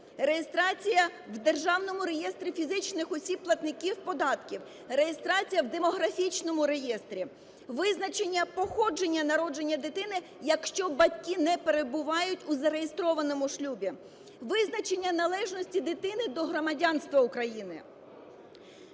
реєстрація в Державному реєстрі фізичних осіб платників податків; реєстрація в демографічному реєстрі; визначення походження народження дитини, якщо батьки не перебувають у зареєстрованому шлюбі; визначення належності дитини до громадянства України.